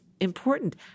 important